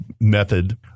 method